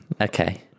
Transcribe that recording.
Okay